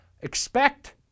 Expect